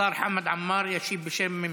השר חמד עמאר ישיב בשם הממשלה.